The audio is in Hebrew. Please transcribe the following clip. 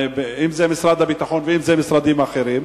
אם משרד הביטחון ואם משרדים אחרים,